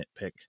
nitpick